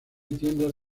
tiendas